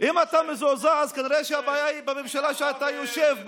אם אתה מזועזע אז כנראה שהבעיה היא בממשלה שאתה יושב בה.